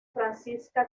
francisca